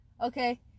Okay